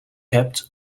hebt